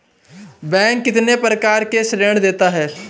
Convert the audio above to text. Bank कितने प्रकार के ऋण देता है?